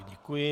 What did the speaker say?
Děkuji.